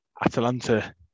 Atalanta